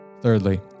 Thirdly